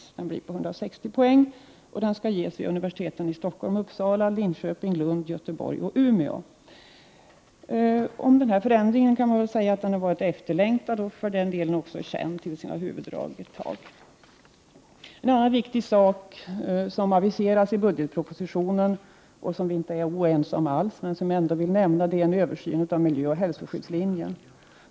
Utbildningen blir på 160 poäng, och den skall ges vid universiteten i Stockholm, Uppsala, Linköping, Lund, Göteborg och Umeå. Den här förändringen har varit efterlängtad och för den delen också under en tid känd när det gäller dess huvuddrag. En annan viktig åtgärd som aviseras i budgetpropositionen är en översyn av miljöoch hälsoskyddslinjen.